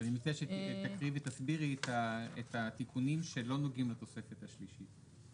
אני מציע שתקריאי ותסבירי את התיקונים שלא נוגעים לתוספת השלישית.